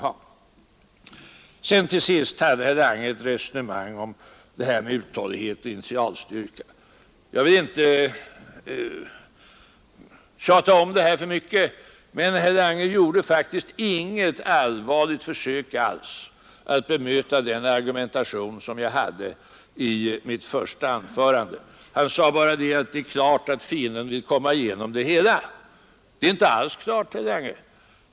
Måndagen den Till sist förde herr Lange ett resonemang om uthållighet och 29 maj 1972 initialstyrka. Jag vill inte tjata om det här för mycket, men herr Lange gjorde faktiskt inget allvarligt försök alls att bemöta argumentationen i mitt första anförande. Han sade bara att det är klart att fienden vill komma igenom hela landet. Det är inte alls klart, herr Lange.